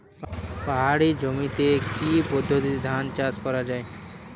পাহাড়ী জমিতে কি পদ্ধতিতে ধান চাষ করা যায়?